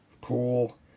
Cool